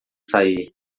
sair